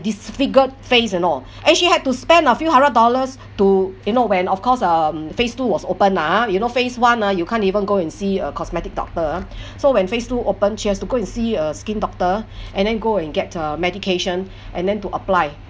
disfigured face you know and she had to spend a few hundred dollars to you know when of course um phase two was open lah ah you know phase one ah you can't even go and see a cosmetic doctor ah so when phase two open she has to go and see a skin doctor and then go and get uh medication and then to apply